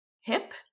hip